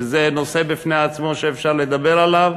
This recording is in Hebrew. שזה נושא בפני עצמו שאפשר לדבר עליו,